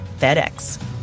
FedEx